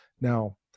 Now